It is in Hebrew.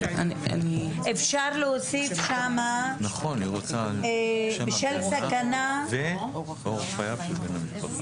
אפשר להוסיף שם - בשל סכנה --- ואורח חייו של בן המשפחה.